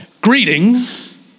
Greetings